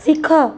ଶିଖ